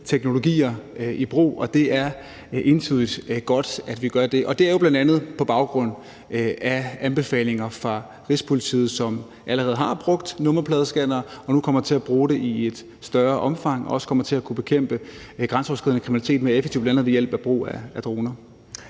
teknologier i brug, og det er entydigt godt, at vi gør det. Det er jo bl.a. på baggrund af anbefalinger fra Rigspolitiet, som allerede har brugt nummerpladescannere og nu kommer til at bruge det i et større omfang og også kommer til at kunne bekæmpe grænseoverskridende kriminalitet mere effektivt, bl.a. ved hjælp af droner.